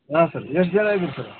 ಹಾಂ ಸರ್ ಎಷ್ಟು ಜನ ಇದ್ದೀರಿ ಸರ್